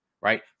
right